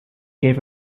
gave